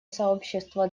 сообщества